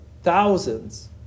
thousands